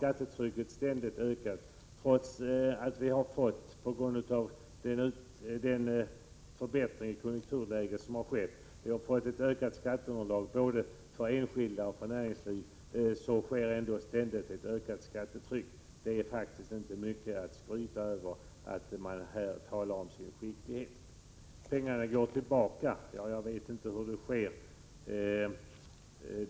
1987/88:90 och ökningen av skatteunderlaget när det gäller både enskilda och näringsli 23 mars 1988 vet har vi ändå fått en ständig ökning av skattetrycket. Det finns här inte mycket att skryta över och inget fog för talet om regeringens skicklighet. Pengarna går tillbaka, sägs det. Jag vet inte hur det sker.